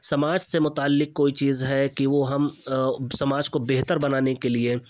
سماج سے متعلک کوئی چیز ہے کہ وہ ہم سماج کو بہتر بنانے کے لیے